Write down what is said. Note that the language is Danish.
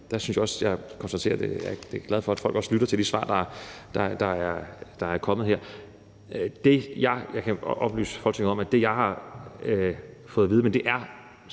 været spurgt om tidsplanen, og jeg er glad for, at folk også lytter til de svar, der er kommet her. Det, jeg kan oplyse Folketinget om, og det, jeg er blevet oplyst om